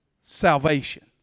salvation